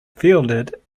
fielded